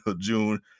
June